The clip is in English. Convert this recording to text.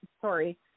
sorry